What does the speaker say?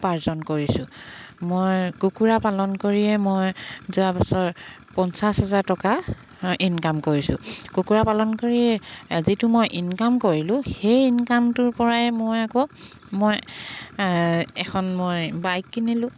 উপাৰ্জন কৰিছোঁ মই কুকুৰা পালন কৰিয়ে মই যোৱা বছৰ পঞ্চাছ হাজাৰ টকা ইনকাম কৰিছোঁ কুকুৰা পালন কৰি যিটো মই ইনকাম কৰিলোঁ সেই ইনকামটোৰ পৰাই মই আকৌ মই এখন মই বাইক কিনিলোঁ